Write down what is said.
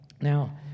Now